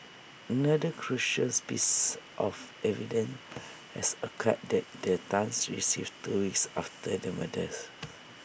another crucial spice of evidence is A card that the Tans received two weeks after the murders